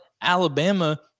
Alabama